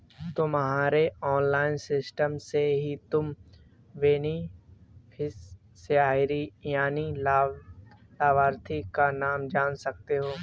तुम्हारे online system से ही तुम बेनिफिशियरी यानि लाभार्थी का नाम जान सकते हो